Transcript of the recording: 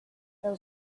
there